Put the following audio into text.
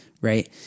Right